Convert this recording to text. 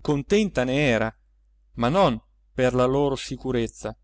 contenta ne era ma non per la loro sicurezza